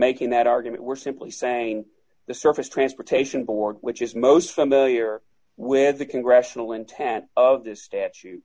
making that argument we're simply saying the surface transportation board which is most familiar with the congressional intent of this statute